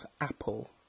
apple